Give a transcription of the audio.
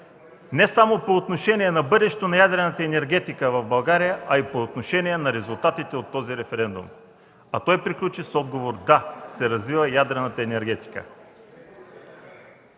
не само по отношение бъдещето на ядрената енергетика в България, но и по отношение резултатите от този референдум, а той приключи с отговор да се развива ядрената енергетика.